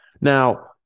Now